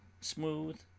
smooth